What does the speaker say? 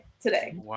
today